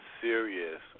serious